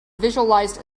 visualized